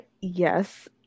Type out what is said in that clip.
yes